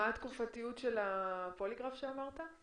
מה התקופתיות של הפוליגרף שאמרת?